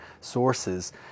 sources